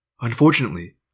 Unfortunately